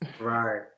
right